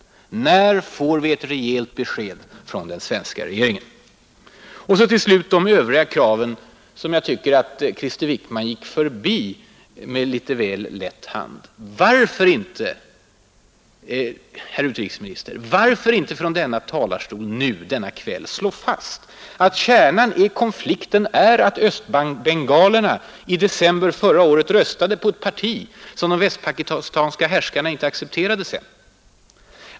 När får vi ett rejält besked från den svenska regeringen? Och så till slut de övriga kraven, som jag tycker att Krister Wickman gick förbi med litet väl lätt hand. Varför inte från denna talarstol denna kväll slå fast att kärnan i konflikten är att Östbengalerna i december förra året röstade på ett parti som de västpakistanska härskarna inte accepterade?